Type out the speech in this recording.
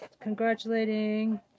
congratulating